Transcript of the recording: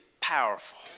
powerful